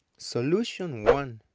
solution one,